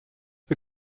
wir